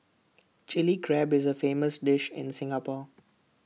Chilli Crab is A famous dish in Singapore